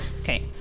Okay